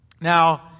now